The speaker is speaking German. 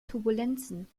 turbulenzen